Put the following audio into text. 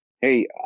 hey